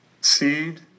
seed